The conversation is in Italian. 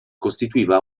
costituiva